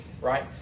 Right